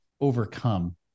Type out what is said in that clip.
overcome